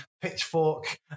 Pitchfork